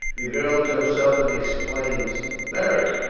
the girl jumps up and exclaims beric.